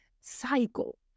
cycle